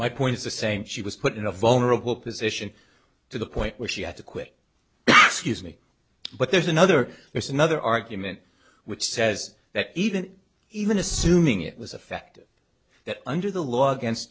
my point is the same she was put in a vulnerable position to the point where she had to quit excuse me but there's another there's another argument which says that even even assuming it was affected that under the law against